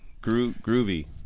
Groovy